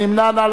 מי נמנע?